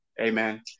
Amen